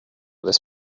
this